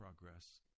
Progress